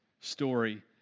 story